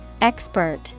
Expert